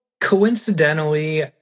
coincidentally